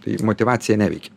tai motyvacija neveikia